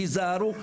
תיזהרו,